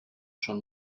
schon